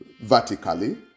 vertically